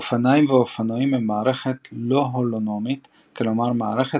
אופניים ואופנועים הם מערכת לא-הולונומית כלומר מערכת